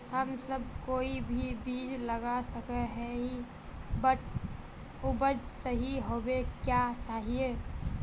हम सब कोई भी बीज लगा सके ही है बट उपज सही होबे क्याँ चाहिए?